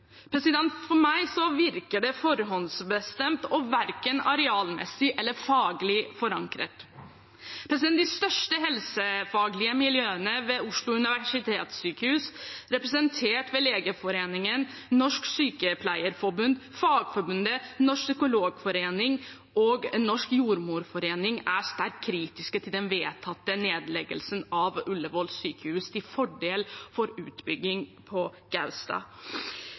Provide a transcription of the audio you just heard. For meg virker det forhåndsbestemt og verken arealmessig eller faglig forankret. De største helsefaglige miljøene ved Oslo universitetssykehus, representert ved Legeforeningen, Norsk Sykepleierforbund, Fagforbundet, Norsk psykologforening og Den norske jordmorforening, er sterkt kritiske til den vedtatte nedleggelsen av Ullevål sykehus til fordel for utbygging på Gaustad.